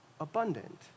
abundant